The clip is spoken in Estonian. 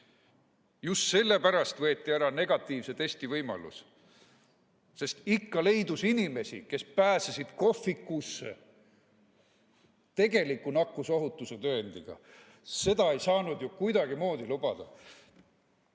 Just sellepärast võeti ära negatiivse testi võimalus. Sest ikka leidus inimesi, kes pääsesid kohvikusse tegeliku nakkusohutuse tõendiga. Seda ei saanud kuidagimoodi lubada.